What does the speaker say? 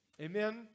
Amen